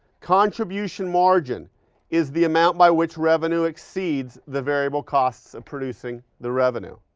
contribution margin is the amount by which revenue exceeds the variable costs of producing the revenue.